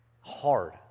hard